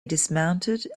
dismounted